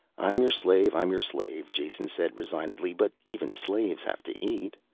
i'm your slave, i'm your slave, jason said resignedly. but even slaves have to eat.